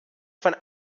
von